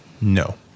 No